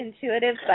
intuitive